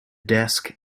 desk